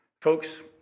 Folks